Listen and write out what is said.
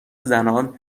زنان